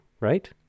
right